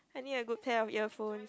I need a good pair of earphones